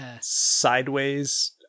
sideways